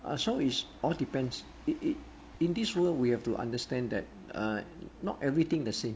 uh so it all depends !ee! !ee! !ee! in this world we have to understand that uh not everything the same